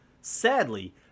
Sadly